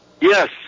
Yes